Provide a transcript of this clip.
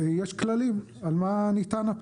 יש כללים, על מה הוא ניתן.